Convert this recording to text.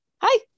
Hi